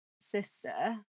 sister